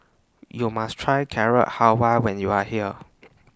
YOU must Try Carrot Halwa when YOU Are here